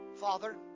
Father